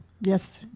Yes